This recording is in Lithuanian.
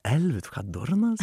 elvi tu ką durnas